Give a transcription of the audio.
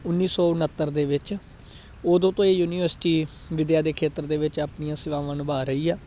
ਉੱਨੀ ਸੌ ਉਣੱਤਰ ਦੇ ਵਿੱਚ ਉਦੋਂ ਤੋਂ ਇਹ ਯੂਨੀਵਰਸਿਟੀ ਵਿੱਦਿਆ ਦੇ ਖੇਤਰ ਦੇ ਵਿੱਚ ਆਪਣੀਆਂ ਸੇਵਾਵਾਂ ਨਿਭਾ ਰਹੀ ਆ